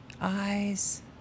eyes